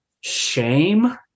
shame